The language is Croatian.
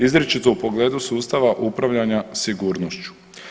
Izričito u pogledu sustava upravljanja sigurnošću.